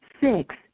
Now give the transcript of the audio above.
six